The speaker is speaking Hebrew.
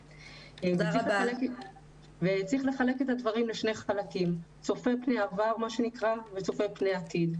צריך לחלק את הדברים לשני חלקים צופה פני העבר וצופה פני העתיד.